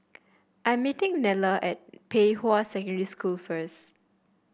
I'm meeting Nella at Pei Hwa Secondary School first